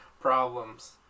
problems